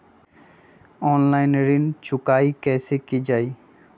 Online ऋण चुकाई कईसे की ञाई?